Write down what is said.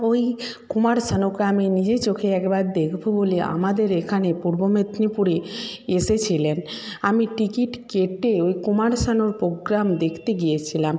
ওই কুমার শানুকে নিজে চোখে একবার দেখবো বলে আমাদের এখানে পূর্ব মেদিনীপুরে এসেছিলেন আমি টিকিট কেটে কুমার শানুর প্রগ্রাম দেখতে গিয়েছিলাম